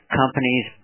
companies